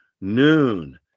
Noon